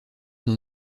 dans